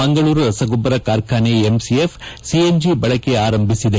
ಮಂಗಳೂರು ರಸಗೊಬ್ಬರ ಕಾರ್ಖಾನೆ ಒಅಈ ಸಿ ಎನ್ ಜಿ ಬಳಕೆ ಆರಂಭಿಸಿದೆ